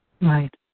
right